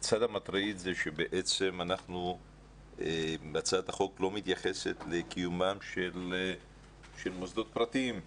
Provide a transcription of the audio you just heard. הצד המטריד זה שבעצם הצעת החוק לא מתייחסת לקיומם של מוסדות פרטיים,